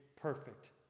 perfect